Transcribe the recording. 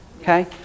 Okay